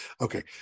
okay